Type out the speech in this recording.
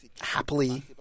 happily